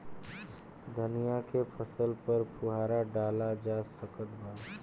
धनिया के फसल पर फुहारा डाला जा सकत बा?